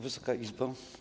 Wysoka Izbo!